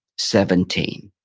seventeen.